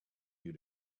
you